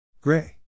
Gray